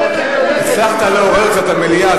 הצלחת לעורר קצת את המליאה,